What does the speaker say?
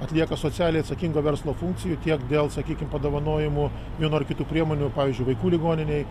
atlieka socialiai atsakingo verslo funkcijų tiek dėl sakykim padovanojamų vienų ar kitų priemonių pavyzdžiui vaikų ligoninei